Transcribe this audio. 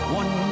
one